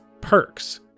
perks